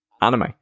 anime